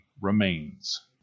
remains